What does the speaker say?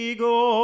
go